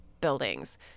buildings